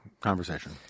conversation